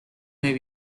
may